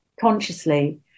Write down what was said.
consciously